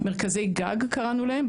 מרכזי גג קראנו להם,